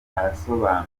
arasobanura